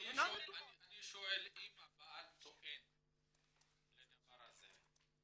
אני שואל אם הבעל טוען לדבר הזה,